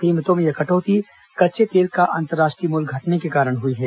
कीमतों में यह कटौती कच्चे तेल का अंतरराष्ट्रीय मूल्य घटने के कारण हुई है